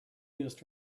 used